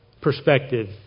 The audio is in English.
perspective